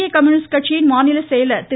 இந்திய கம்யூனிஸ்ட் கட்சியின் மாநிலச் செயலர் திரு